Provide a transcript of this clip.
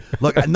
Look